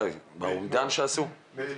מאתמול.